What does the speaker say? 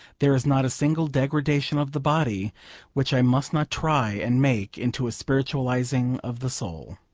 there is not a single degradation of the body which i must not try and make into a spiritualising of the soul.